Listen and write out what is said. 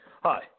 Hi